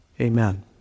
Amen